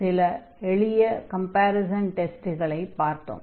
சில எளிய கம்பேரிசன் டெஸ்ட்களை பார்த்தோம்